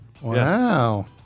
Wow